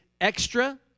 extra